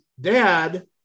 dad